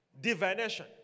Divination